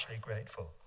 grateful